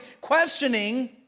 questioning